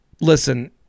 listen